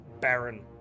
barren